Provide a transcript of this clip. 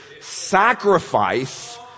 Sacrifice